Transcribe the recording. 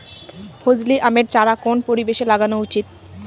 ফজলি আমের চারা কোন পরিবেশে লাগানো উচিৎ?